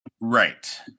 Right